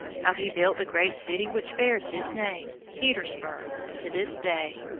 how he built the great city which bears his name, petersburg, to this day.